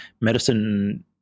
medicine